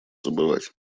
забывать